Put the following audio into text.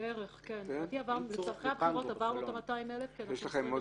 בדרך כלל בעבירות הקנס אנחנו מאוד מאוד מקפידים שהדברים יהיו מאוד